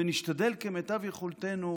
ונשתדל כמיטב יכולתנו